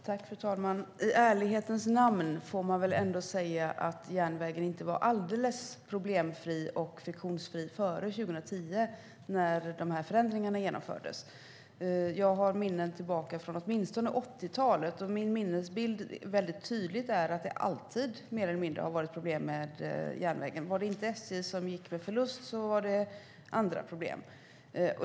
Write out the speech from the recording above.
Fru talman! I ärlighetens namn får man väl ändå säga att järnvägen inte var alldeles problem och friktionsfri före 2010 när de här förändringarna genomfördes. Min minnesbild, som är från åtminstone 80-talet, är tydlig. Det har alltid, mer eller mindre, varit problem med järnvägen. Var det inte SJ som gick med förlust så var det andra problem.